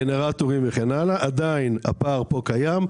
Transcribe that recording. גנרטורים - ועדיין הפער קיים.